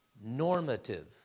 normative